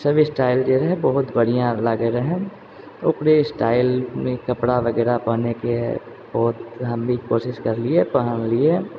ई सब स्टाइल जे रहै बहुत बढ़िआँ लागै रहै ओकरे स्टाइलमे कपड़ा वगैरह पहनेके बहुत हम भी कोशिश करलियै पहनलिये